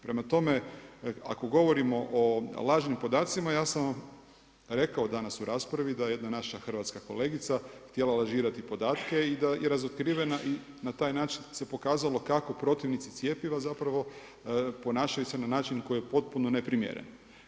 Prema tome, ako govorimo o lažnim podacima ja sam vam rekao danas u raspravi da je jedna naša hrvatska kolegica htjela lažirati podatke i da je razotkrivena i na taj način se pokazalo kako protivnici cijepljenja zapravo ponašaju se na način koji je potpuno neprimjeren.